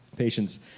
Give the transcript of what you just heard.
patience